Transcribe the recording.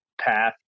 path